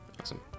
Awesome